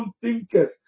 Thinkers